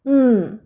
mm